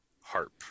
Harp